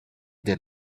did